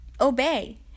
obey